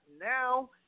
now